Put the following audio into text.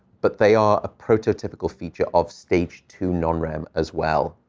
but they are a prototypical feature of stage two non-rem as well.